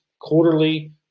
quarterly